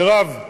מירב.